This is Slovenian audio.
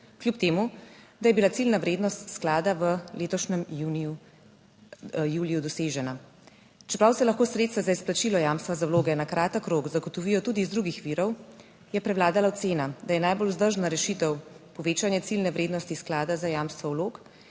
kljub temu, da je bila ciljna vrednost sklada v letošnjem juliju dosežena. Čeprav se lahko sredstva za izplačilo jamstva za vloge na kratek rok zagotovijo tudi iz drugih virov, je prevladala ocena, da je najbolj vzdržna rešitev povečanje ciljne vrednosti sklada za jamstvo vlog,